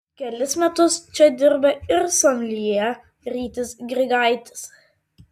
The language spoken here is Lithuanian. kelis metus čia dirba ir someljė rytis grigaitis